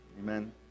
Amen